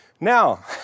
Now